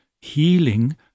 healing